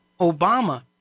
Obama